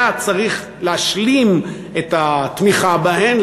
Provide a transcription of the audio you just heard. היה צריך להשלים את התמיכה בהן,